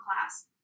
class